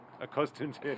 accustomed